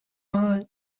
mal